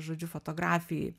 žodžiu fotografijai